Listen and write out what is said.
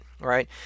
right